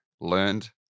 learned